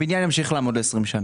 הבניין ימשיך לעמוד למשך 20 שנה.